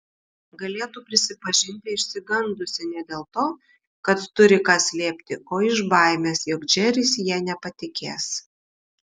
galėtų prisipažinti išsigandusi ne dėl to kad turi ką slėpti o iš baimės jog džeris ja nepatikės